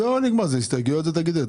מי בעד סעיף 2 עם התיקונים שהתקבלו בוועדה?